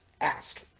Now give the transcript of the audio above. ask